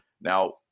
Now